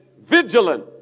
vigilant